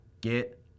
Get